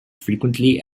frequently